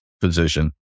position